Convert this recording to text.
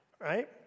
right